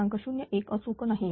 01 अचूक नाही